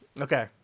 Okay